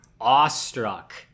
awestruck